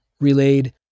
relayed